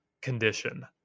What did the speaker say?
condition